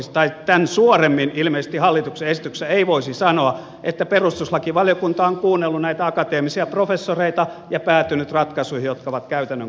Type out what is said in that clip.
no tämän suoremmin ilmeisesti hallituksen esityksessä ei voisi sanoa että perustuslakivaliokunta on kuunnellut näitä akateemisia professoreita ja päätynyt ratkaisuihin jotka ovat käytännön kannalta mahdottomia